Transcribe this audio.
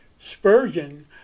Spurgeon